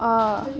oh